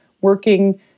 working